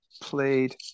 played